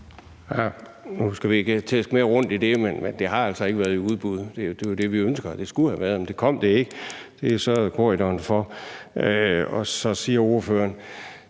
Nu skal vi ikke træde mere rundt i det, men det har altså ikke været i udbud. Det er jo det, vi ønsker at det skulle have været, men det kom det ikke – det sørgede Bjarne Corydon for. Og så siger ordføreren,